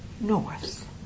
north